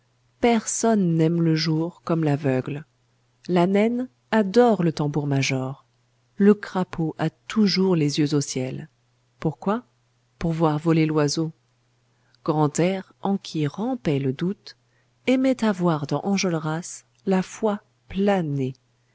personne n'aime le jour comme l'aveugle la naine adore le tambour-major le crapaud a toujours les yeux au ciel pourquoi pour voir voler l'oiseau grantaire en qui rampait le doute aimait à voir dans enjolras la foi planer